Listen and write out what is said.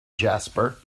jasper